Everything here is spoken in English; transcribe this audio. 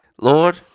Lord